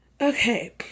Okay